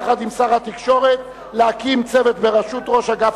יחד עם שר התקשורת להקים צוות בראשות ראש אגף